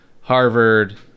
Harvard